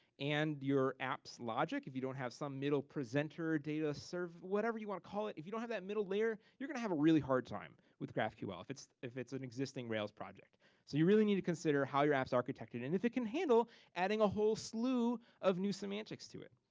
and your app's logic, if you don't have some middle presenter data serve, whatever you wanna call it, if you don't have that middle layer, you're gonna have a really hard time with graphql. if it's if it's an existing rails project. so you really need to consider how your app's architected, and if it can handle adding a whole slew of new semantics to it.